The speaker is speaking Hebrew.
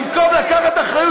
במקום לקחת אחריות?